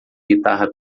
guitarra